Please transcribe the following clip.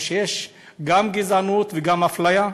או שיש גם גזענות וגם אפליה.